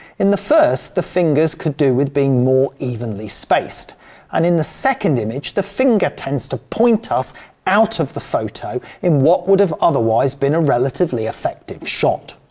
in the first the fingers could do with being more evenly spaced and in the second image the finger tends to point us out of the photo in what would have otherwise been a relatively effective shot.